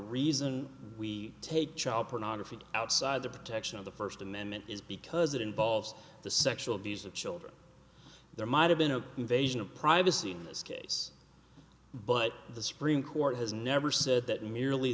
reason we take child pornography outside the protection of the first amendment is because it involves the sexual abuse of children there might have been an invasion of privacy in this case but the supreme court has never said that merely